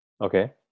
Okay